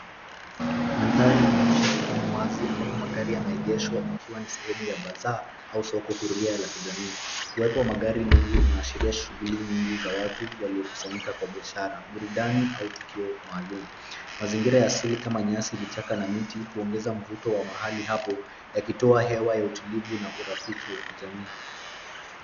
Mandhari inaonyesha sehemu wazi ambapo magari yameegeshwa, ikiwa ni sehamu ya bazaa au soko huria la kijamii. Uwepo wa magari mengi unahashiria shughuli nyingi za watu waliokusanyika kwa biashara, burudani, au tukio maalum. Mazingira ya asili kama nyasi, vichaka, na miti huongeza mvuto wa mahali hapo, yakitoa hewa ya utulivu na urafiki wa kijamii.